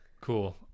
cool